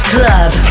Club